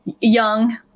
young